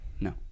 No